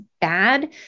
bad